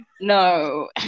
No